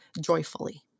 joyfully